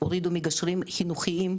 הורידו מגשרים חינוכיים,